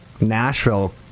Nashville